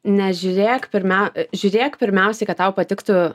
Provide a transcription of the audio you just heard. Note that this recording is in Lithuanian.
nežiūrėk pirmiau žiūrėk pirmiausiai kad tau patiktų